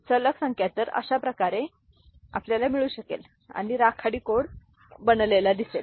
सलग संख्या तर अशाप्रकारे हे आपल्याला मिळू शकेल आणि राखाडी कोड बनलेला दिसेल